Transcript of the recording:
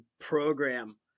program